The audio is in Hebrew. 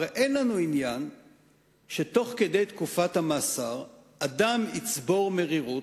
הרי אין לנו עניין שתוך כדי תקופת המאסר אדם יצבור מרירות,